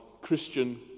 Christian